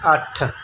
ਅੱਠ